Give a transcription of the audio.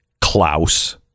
Klaus